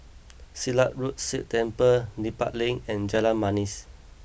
Silat Road Sikh Temple Dedap Link and Jalan Manis